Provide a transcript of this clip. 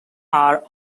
are